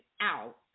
out